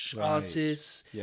artists